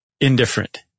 indifferent